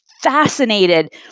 fascinated